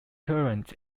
current